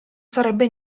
sarebbe